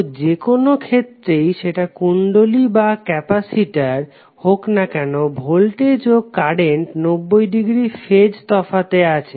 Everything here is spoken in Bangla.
তো যেকোনো ক্ষেত্রেই সেটা কুণ্ডলী বা ক্যাপাসিটর হোক না কেন ভোল্টেজ ও কারেন্ট 90 ডিগ্রী ফেজ তফাতে আছে